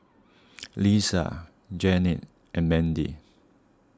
Lesia Janeen and Mandy